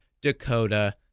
Dakota